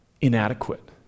inadequate